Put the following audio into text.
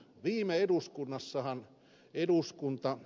viime eduskuntahan ed